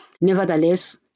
nevertheless